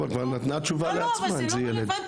היא כבר נתנה תשובה לעצמה אם זה ילד.